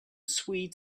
sweet